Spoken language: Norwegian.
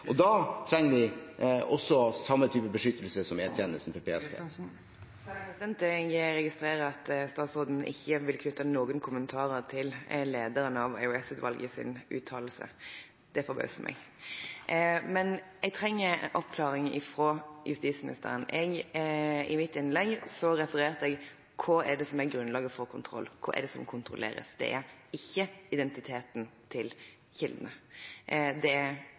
om. Da trenger vi samme type beskyttelse for PST som for E-tjenesten. Jeg registrerer at statsråden ikke vil knytte noen kommentarer til uttalelsen fra lederen av EOS-utvalget. Det forbauser meg. Jeg trenger en oppklaring fra justisministeren. I mitt innlegg refererte jeg: Hva er det som er grunnlaget for kontroll? Hva er det som kontrolleres? Det er ikke identiteten til kildene, det er